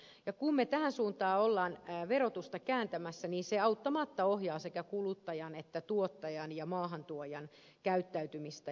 kun me tähän suuntaan olemme verotusta kääntämässä se auttamatta ohjaa sekä kuluttajan että tuottajan ja maahantuojan käyttäytymistä